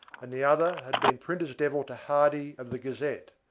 and the other had been printer's devil to hardy, of the gazette,